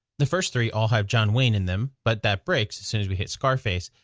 the first three all have john wayne in them, but that breaks as soon as we hit scarface.